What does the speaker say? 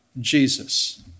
Jesus